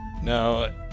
No